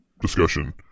discussion